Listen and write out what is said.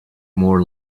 more